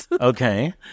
Okay